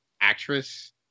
actress